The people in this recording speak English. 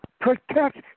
protect